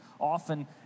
often